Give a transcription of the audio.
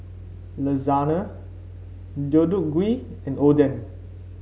Lasagna Deodeok Gui and Oden